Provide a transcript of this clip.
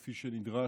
כפי שנדרש,